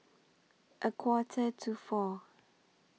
A Quarter to four